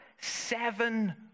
seven